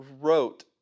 wrote